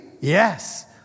Yes